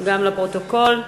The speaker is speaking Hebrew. גם לפרוטוקול.